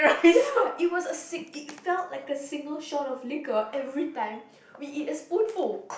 ya it was a sick it felt like a single shot of liqueur every time we eat a spoon full